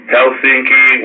Helsinki